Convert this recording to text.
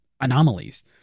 anomalies